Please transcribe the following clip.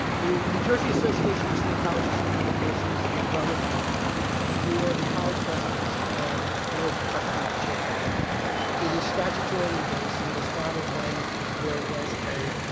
the new jersey association of state colleges and universities the umbrella group for the college presidents and boards of trustees chairpersons it is statutorily based and was founded when there was a